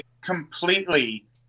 completely